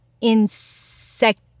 insect